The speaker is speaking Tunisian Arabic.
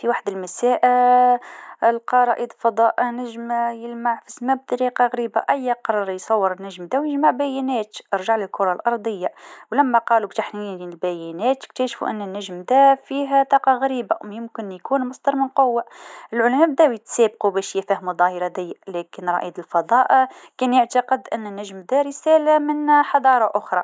فمه ليله لقا رائد فضاء نجم يلمع في السما بطريقه غريبه أيا قرر يصور نجمته و يجمع بيانات، رجع للكره الأرضيه وكيف قام بتحميل البيانات اكتشفو انو الجم هذا فيه طاقه غريبه يكون مصدر القوه العلماء بداو يتسابقو باش يفهمو الضاهره هذيا لكن رائد الفضاء كان يعتقد انو نجمتو رساله من حضاره أخرى.